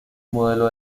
modelo